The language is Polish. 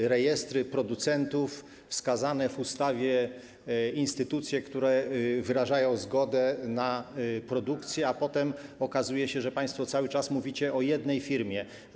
Są rejestry producentów, są wskazane w ustawie instytucje, które wyrażają zgodę na produkcję, a potem okazuje się, że państwo cały czas mówicie o jednej firmie.